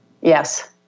Yes